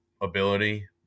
ability